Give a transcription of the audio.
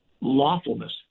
lawfulness